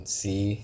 see